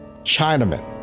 Chinaman